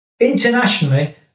Internationally